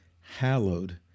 hallowed